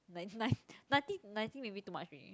ninety nine ninety ninety maybe too much already